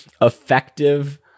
Effective